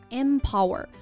empower